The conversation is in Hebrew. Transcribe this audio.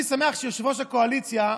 אני שמח שיושב-ראש הקואליציה,